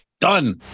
Done